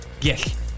Yes